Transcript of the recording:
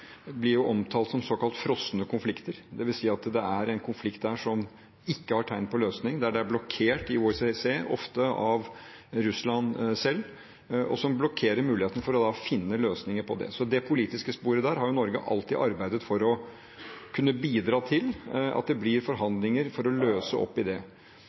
blir omtalt som såkalt frosne konflikter. Det vil si at det er en konflikt som ikke har tegn på løsning, der det er blokkert i OSSE, ofte av Russland selv, og som blokkerer muligheten for da å finne løsninger på det. Det politiske sporet har Norge alltid arbeidet for å kunne bidra til, at det blir forhandlinger for å løse opp i det.